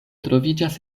troviĝas